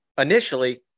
initially